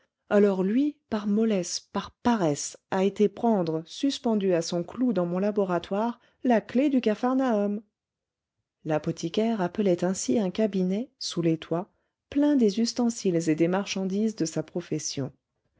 alors lui par mollesse par paresse a été prendre suspendue à son clou dans mon laboratoire la clef du capharnaüm l'apothicaire appelait ainsi un cabinet sous les toits plein des ustensiles et des marchandises de sa profession